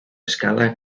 escala